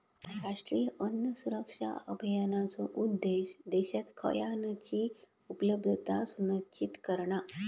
राष्ट्रीय अन्न सुरक्षा अभियानाचो उद्देश्य देशात खयानची उपलब्धता सुनिश्चित करणा